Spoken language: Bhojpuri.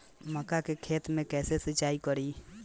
मका के खेत मे कैसे सिचाई करी?